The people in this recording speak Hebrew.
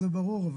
זה ברור.